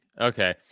Okay